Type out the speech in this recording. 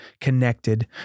connected